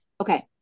Okay